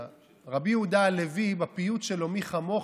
רבי יהודה הלוי, בפיוט שלו "מי כמוך",